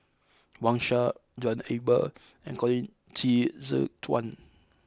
Wang Sha John Eber and Colin Qi Zhe Quan